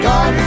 God